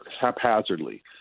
haphazardly